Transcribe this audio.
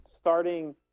starting